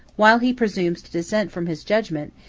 while he presumes to dissent from his judgment,